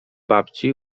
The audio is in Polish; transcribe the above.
babci